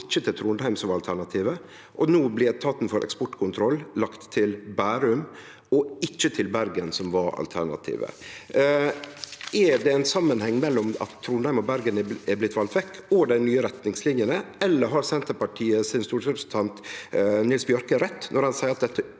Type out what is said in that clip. og ikkje til Trondheim, som var alternativet. Og no blir etaten for eksportkontroll lagt til Bærum, ikkje til Bergen, som var alternativet. Er det ein samanheng mellom at Trondheim og Bergen er blitt valde vekk og dei nye retningslinjene? Eller har Senterpartiet sin stortingsrepresentant Nils Bjørke rett når han seier at dette